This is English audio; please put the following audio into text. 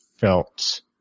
felt